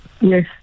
Yes